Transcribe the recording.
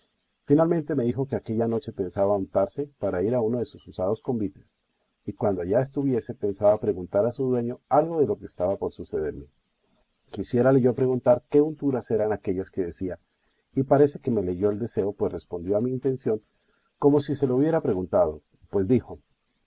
finalmente me dijo que aquella noche pensaba untarse para ir a uno de sus usados convites y que cuando allá estuviese pensaba preguntar a su dueño algo de lo que estaba por sucederme quisiérale yo preguntar qué unturas eran aquellas que decía y parece que me leyó el deseo pues respondió a mi intención como si se lo hubiera preguntado pues dijo